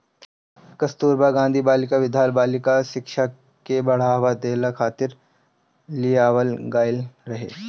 कस्तूरबा गांधी बालिका विद्यालय बालिका शिक्षा के बढ़ावा देहला खातिर लियावल गईल रहे